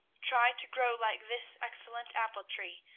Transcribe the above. try to grow like this excellent apple tree,